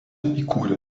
įkūrė